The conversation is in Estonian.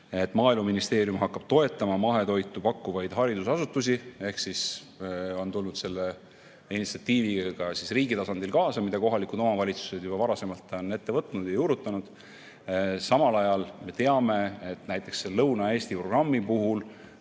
et Maaeluministeerium hakkab toetama mahetoitu pakkuvaid haridusasutusi ehk on tulnud riigi tasandil kaasa selle initsiatiiviga, mida kohalikud omavalitsused juba varasemalt on ette võtnud ja juurutanud. Samal ajal me teame, et näiteks Lõuna-Eesti programmi puhul